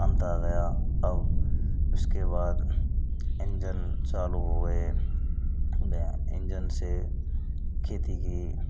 अन्त आ गया अब उसके बाद इंजल चालू हो गया इंजन से खेती की